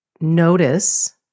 notice